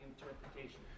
interpretation